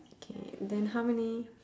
okay then how many